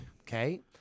Okay